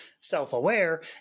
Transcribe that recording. self-aware